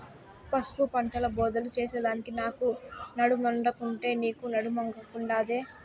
పసుపు పంటల బోదెలు చేసెదానికి నాకు నడుమొంగకుండే, నీకూ నడుమొంగకుండాదే